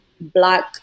Black